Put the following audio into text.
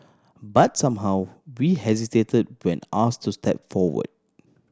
but somehow we hesitate when ask to step forward